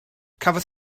cafodd